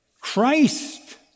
Christ